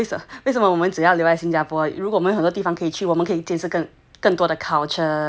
好像为什么为什么我们只要留在新加坡如果没有很多地方可以去我们可以接触更更多的 culture cannot 更多的 food delicacies and everything